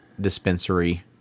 dispensary